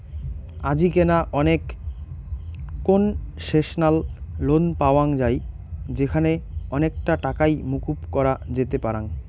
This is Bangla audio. আজিকেনা অনেক কোনসেশনাল লোন পাওয়াঙ যাই যেখানে অনেকটা টাকাই মকুব করা যেতে পারাং